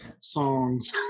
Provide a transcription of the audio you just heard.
songs